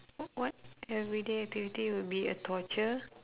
wh~ what everyday activity would be a torture